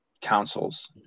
councils